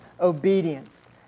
obedience